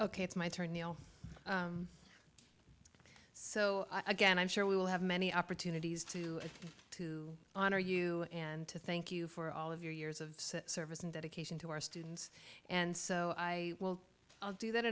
ok it's my turn neal so again i'm sure we will have many opportunities to to honor you and to thank you for all of your years of service and dedication to our students and so i will do that